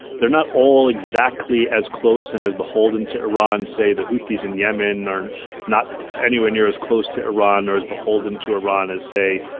they're not all exactly as close and as beholden to iran, say the heute. these in yemen are and not anywhere near as close to iran or as beholden to iran as, say,